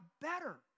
better